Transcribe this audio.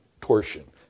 torsion